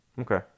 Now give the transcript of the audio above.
Okay